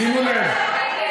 שימו לב,